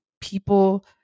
people